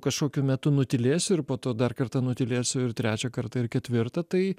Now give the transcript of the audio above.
kažkokiu metu nutylėsiu ir po to dar kartą nutylėsiu ir trečią kartą ir ketvirtą tai